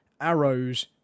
arrows